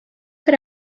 per